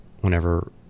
whenever